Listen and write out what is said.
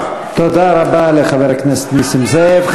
תודה, חבר הכנסת נסים זאב.